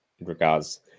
regards